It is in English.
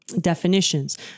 definitions